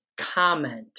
comment